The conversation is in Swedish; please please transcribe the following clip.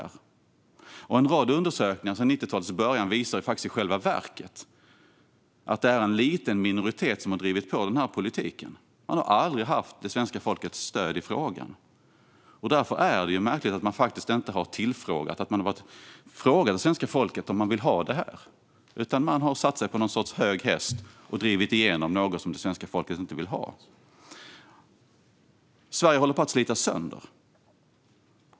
En rad undersökningar som har gjorts sedan 90-talets början visar i själva verket att det är en liten minoritet som har drivit på den här politiken. Man har aldrig haft det svenska folkets stöd i frågan. Därför är det märkligt att man inte har tillfrågat svenska folket om de vill ha detta. Man har satt sig på någon sorts höga hästar och drivit igenom något som det svenska folket inte vill ha. Sverige håller på att slitas sönder.